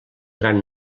gran